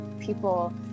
people